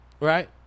right